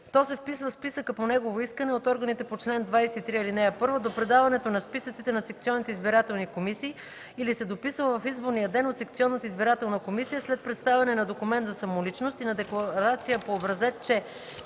то се вписва в списъка по негово искане от органите по чл. 23, ал. 1 до предаването на списъците на секционните избирателни комисии или се дописва в изборния ден – от секционната избирателна комисия, след представяне на документ за самоличност и на декларация по образец, че: